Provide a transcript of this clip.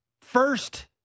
first